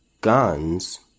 guns